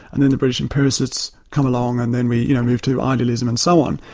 and then the british empiricists come along and then we you know move to idolism and so on,